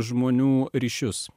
žmonių ryšius